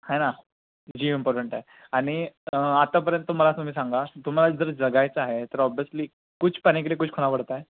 है ना जीव इम्पॉर्टंट आहे आणि आतापर्यंत तुम्हाला तुम्ही सांगा तुम्हाला जर जगायचं आहे तर ऑब्वियसली कुछ पाने के लिये कुछ खोना पडता है